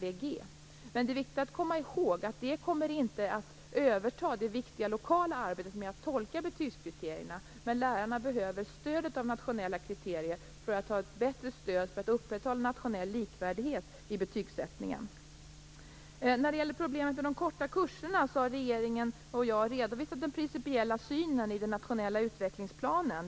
Det är dock viktigt att komma ihåg att det inte kommer att överta det viktiga lokala arbetet med att tolka betygskriterierna, men lärarna behöver stödet av nationella kriterier för att ha ett bättre stöd för att upprätthålla nationell likvärdighet i betygsättningen. När det gäller problemet med de korta kurserna har regeringen och jag redovisat den principiella synen i den nationella utvecklingsplanen.